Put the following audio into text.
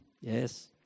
Yes